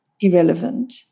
irrelevant